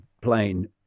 plane